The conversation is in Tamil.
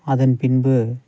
அதன் பின்பு